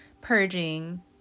purging